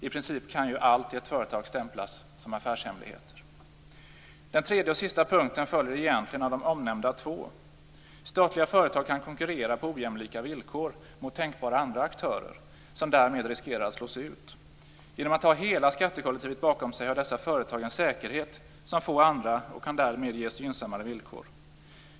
I princip kan ju allt i ett företag stämplas som affärshemlighet. 3. Den sista punkten följer egentligen av de redan nämnda två. Statliga företag kan konkurrera på ojämlika villkor mot tänkbara andra aktörer, som därmed riskerar att slås ut. Genom att ha hela skattekollektivet bakom sig har dessa företag en säkerhet som få andra och kan därmed ges gynnsammare villkor.